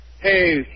Hey